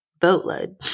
boatload